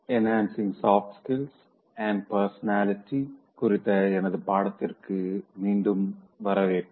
enhancing soft skills and personality குறித்த எனது பாடத்திற்கு மீண்டும் வருக